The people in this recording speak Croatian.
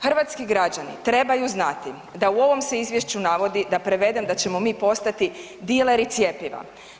Hrvatski građani trebaju znati da u ovom se izvješću navodi da prevedem, da ćemo mi postati dileri cjepiva.